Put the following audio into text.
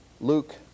Luke